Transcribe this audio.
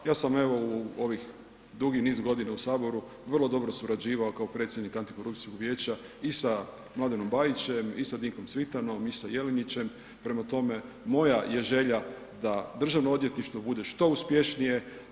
Ja sam evo u ovih dugi niz godina u Saboru vrlo dobro surađivao kao predsjednik Antikorupcijskog vijeća i sa Mladenom Bajićem i sa Dinkom Cvitanom i sa Jelinićem, prema tome moja je želja da DORH bude što uspješnije.